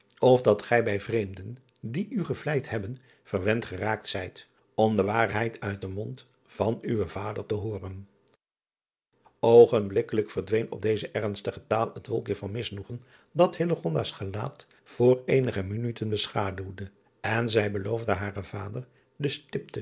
of dat gij bij vreemden die u gevleid driaan oosjes zn et leven van illegonda uisman hebben verwend geraakt zijt om de waarheid uit den mond van uwen vader te hooren ogenblikkelijk verdween op deze ernstige taal het wolkje van misnoegen dat s gelaat voor eenige minuten beschaduwde en zij beloofde haren vader de stipte